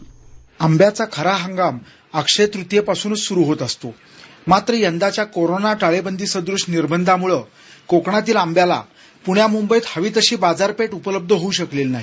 script आंब्याचा खरा हंगाम अक्षय तृतीयेपासूनच सुरु होत असतो मात्र यंदाच्या कोरोना टाळेबंदीसदृश्य निर्बंधांमुळं कोकणातील आंब्याला पुण्या मुंबईत हवी तशी बाजारपेठ उपलब्ध होऊ शकलेली नाही